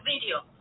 video